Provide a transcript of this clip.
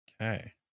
Okay